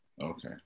Okay